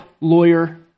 lawyer